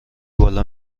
بالا